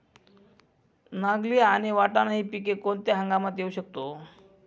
नागली आणि वाटाणा हि पिके कोणत्या हंगामात घेऊ शकतो?